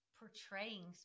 portraying